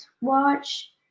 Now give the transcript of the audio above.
watch